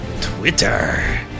Twitter